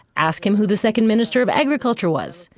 ask him who the second minister of agriculture was,